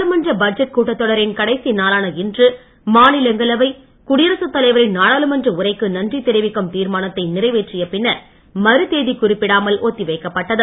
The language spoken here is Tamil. நாடாளுமன்ற பட்ஜெட் கூட்டத்தொடரின் கடைசி நாளான இன்று மாநிலங்களவை குடியரசு தலைவரின் நாடாளுமன்ற உரைக்கு நன்றி தெரிவிக்கும் தீர்மானத்தை நிறைவேற்றிய பின்னர் மறு தேதி குறிப்பிடாமல் ஒத்தி வைக்கப்பட்டது